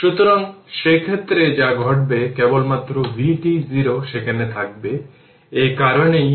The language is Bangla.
সুতরাং এখন আমরা 1টি উদাহরণ নিই এই চিত্রে i t এবং i y t নির্ধারণ করতে হবে যে I0 1 অ্যাম্পিয়ার